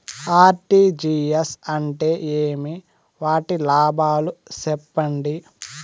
RTGS అంటే ఏమి? వాటి లాభాలు సెప్పండి?